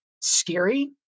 scary